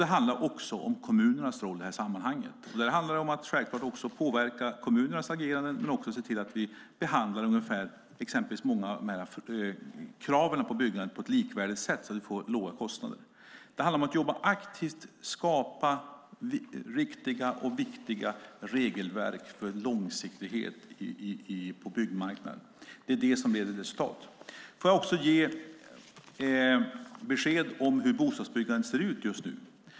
Det handlar också om kommunernas roll i sammanhanget. Det här handlar självklart också om att påverka kommunernas agerande och se till att vi behandlar kraven på byggandet på ett likvärdigt sätt så att det blir låga kostnader. Vi måste jobba aktivt för att skapa riktiga och viktiga regelverk för långsiktighet på byggmarknaden. Det är det som leder till resultat. Låt mig också ge besked om hur bostadsbyggandet ser ut just nu.